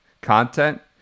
content